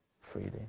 freely